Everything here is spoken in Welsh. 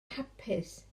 hapus